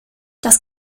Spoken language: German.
das